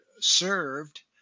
served